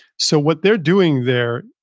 so what they're doing there,